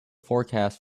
forecast